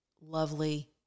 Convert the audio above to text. lovely